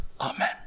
Amen